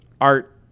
art